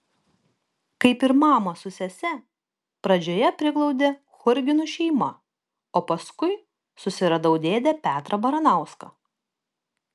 kaip ir mamą su sese pradžioje priglaudė churginų šeima o paskui susiradau dėdę petrą baranauską